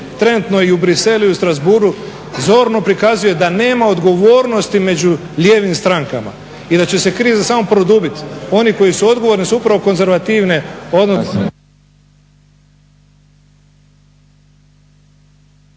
trenutno i u Bruxellesu i u Strasbourgu zorno prikazuje da nema odgovornosti među lijevim strankama i da će se kriza samo produbiti. Oni koji su odgovorni su upravo konzervativne …